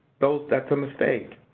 those that's a mistake.